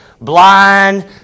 blind